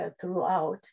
throughout